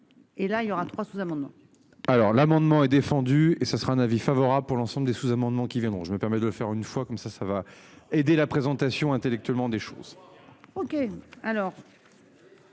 Et là il y aura trois sous-amendements. Alors l'amendement est défendu et ce sera un avis favorable pour l'ensemble des sous-amendements qui viendront, je me permet de faire une fois comme ça ça va. Et dès la présentation intellectuellement des choses. OK alors.